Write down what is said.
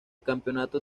campeonato